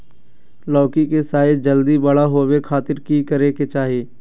लौकी के साइज जल्दी बड़ा होबे खातिर की करे के चाही?